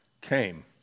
came